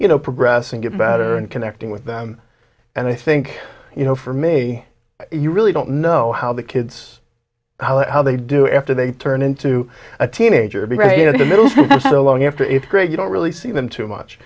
you know progressing get better and connecting with them and i think you know for me you really don't know how the kids how they do after they turn into a teenager because you know the middle so long after eighth grade you don't really see them too much